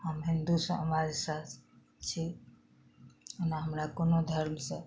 हम हिन्दूसँ अमाजसँ छी ओना हमरा कोनो धर्मसँ